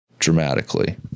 dramatically